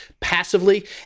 passively